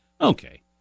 okay